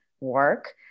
work